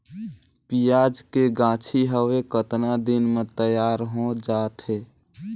पियाज के गाछी हवे कतना दिन म तैयार हों जा थे?